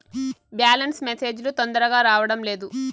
Balance message లు తొందరగా రావడం లేదు?